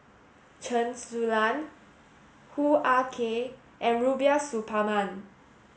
Chen Su Lan Hoo Ah Kay and Rubiah Suparman